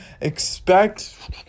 expect